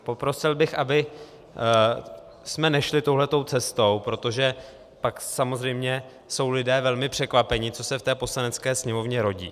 Tak poprosil bych, abychom nešli touto cestou, protože pak samozřejmě jsou lidé velmi překvapeni, co se v té Poslanecké sněmovně rodí.